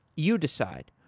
you decide.